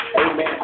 Amen